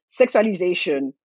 sexualization